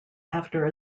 after